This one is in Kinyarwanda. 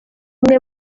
umwe